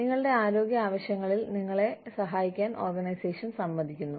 നിങ്ങളുടെ ആരോഗ്യ ആവശ്യങ്ങളിൽ നിങ്ങളെ സഹായിക്കാൻ ഓർഗനൈസേഷൻ സമ്മതിക്കുന്നു